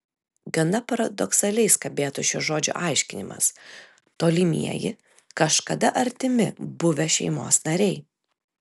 gana paradoksaliai skambėtų šio žodžio aiškinimas tolimieji kažkada artimi buvę šeimos nariai